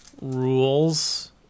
rules